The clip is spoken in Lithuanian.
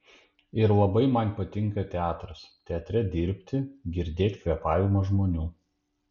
ir labai man patinka teatras teatre dirbti girdėt kvėpavimą žmonių